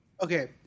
Okay